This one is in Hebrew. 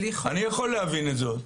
אני יכול להבין את זאת.